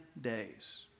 days